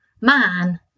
man